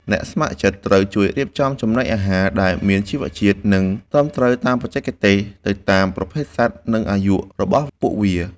អ្នកស្ម័គ្រចិត្តត្រូវជួយរៀបចំចំណីអាហារដែលមានជីវជាតិ និងត្រឹមត្រូវតាមបច្ចេកទេសទៅតាមប្រភេទសត្វ និងអាយុរបស់ពួកវា។